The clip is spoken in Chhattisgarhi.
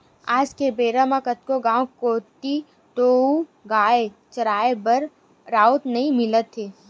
आज के बेरा म कतको गाँव कोती तोउगाय चराए बर राउत नइ मिलत हे